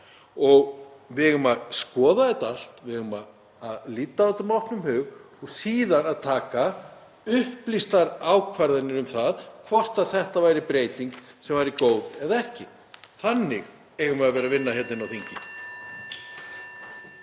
Við eigum að skoða þetta allt. Við eigum að líta á þetta með opnum hug og síðan að taka upplýstar ákvarðanir um það hvort þetta væri breyting sem væri góð eða ekki. Þannig eigum við að vera að vinna hérna á þingi.